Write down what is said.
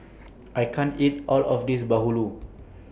I can't eat All of This Bahulu